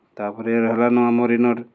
ତା'ପରେ ରହେଲାନୁ ଆମର୍ ଇନର୍